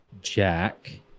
Jack